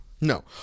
No